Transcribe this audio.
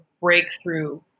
breakthrough